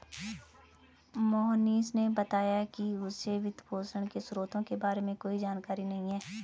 मोहनीश ने बताया कि उसे वित्तपोषण के स्रोतों के बारे में कोई जानकारी नही है